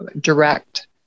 direct